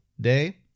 day